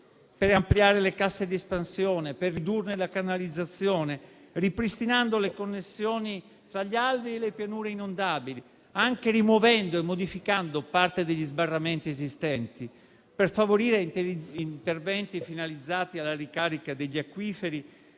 per ampliare le casse di espansione; per ridurne la canalizzazione, ripristinando le connessioni tra gli alvei e le pianure inondabili, anche rimuovendo e modificando parte degli sbarramenti esistenti; per favorire interventi finalizzati alla ricarica degli acquiferi